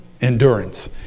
endurance